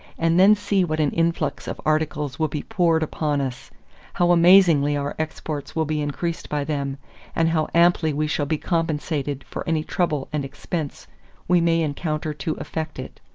and then see what an influx of articles will be poured upon us how amazingly our exports will be increased by them and how amply we shall be compensated for any trouble and expense we may encounter to effect it.